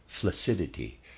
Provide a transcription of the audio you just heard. flaccidity